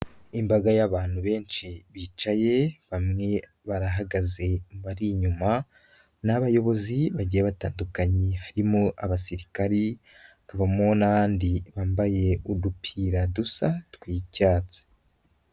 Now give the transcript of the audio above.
Imbaga y'abantu benshi bicaye bamwe barahagaze abari inyuma, Ni abayobozi bagiye batandukanye harimo abasirikari, hakabamo n'abandi bambaye udupira dusa tw'icyatsi.